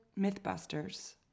Mythbusters